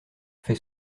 fait